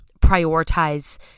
prioritize